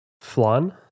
Flan